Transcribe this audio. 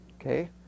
Okay